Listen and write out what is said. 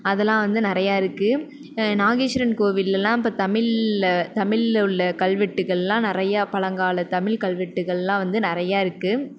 அதெல்லாம் வந்து நிறைய இருக்குது நாகேஸ்வரன் கோவில்லயெலாம் இப்போ தமிழில் தமிழில் உள்ள கல்வெட்டுகளெலாம் நிறைய பழங்கால தமிழ் கல்வெட்டுகளெலாம் வந்து நிறைய இருக்குது